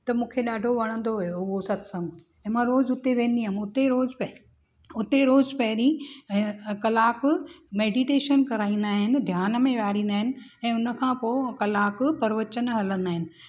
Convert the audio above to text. त मूंखे ॾाढो वणंदो हुओ उहो सतसंग ऐं मा रोज़ हुते वेंदी हुअमि हुते रोज़ हुते रोज़ पहिरीं ऐं कलाकु मैडिटेशन कराईंदा आहिनि ध्यान में वेहारींदा आहिनि ऐं उनखां पोइ कलाकु परवचन हलंदा आहिनि